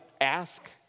ask